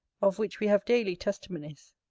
of which we have daily testimonies.